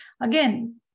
Again